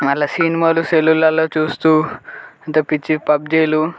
మరల సినిమాలు సెల్లులలో చూస్తు అంత పిచ్చి పబ్జిలు